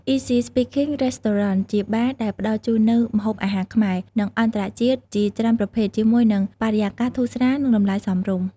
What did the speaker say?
Easy Speaking Restaurant ជាបារដែលផ្ដល់ជូននូវ ម្ហូបអាហារខ្មែរ និងអន្តរជាតិជាច្រើនប្រភេទ ជាមួយនឹង បរិយាកាសធូរស្រាល និងតម្លៃសមរម្យ។